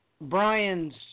Brian's